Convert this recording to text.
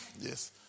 Yes